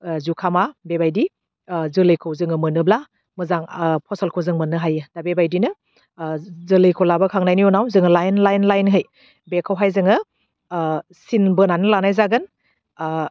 ओह जुखामा बेबायदि ओह जोलैखौ जोङो मोनोब्ला मोजां ओह फसलखौ जों मोननो हायो दा बेबायदिनो ओह जोलैखौ लाबोखांनायनि उनाव जोङो लाइन लाइन लाइनहै बेखौहाय जोङो ओह सिन बोनानै लानाय जागोन ओह